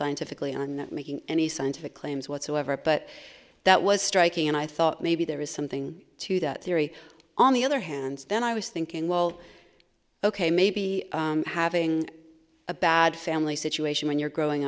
scientifically on making any scientific claims whatsoever but that was striking and i thought maybe there is something to that theory on the other hand then i was thinking well ok maybe having a bad family situation when you're growing